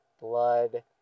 blood